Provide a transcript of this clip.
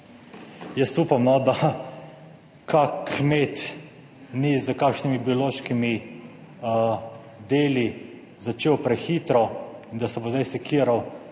Jaz upam, da kak kmet ni s kakšnimi biološkimi deli začel prehitro, in da se bo zdaj sekiral,